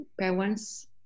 parents